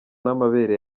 n’amabere